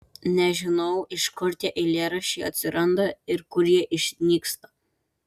nežinau iš kur tie eilėraščiai atsiranda ir kur jie išnyksta